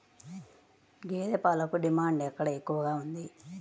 గేదె పాలకు డిమాండ్ ఎక్కడ ఎక్కువగా ఉంది?